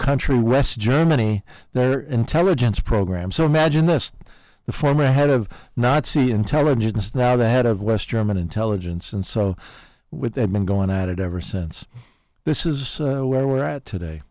country west germany their intelligence program so imagine this the former head of nazi intelligence now the head of west german intelligence and so with they've been going at it ever since this is where we're at today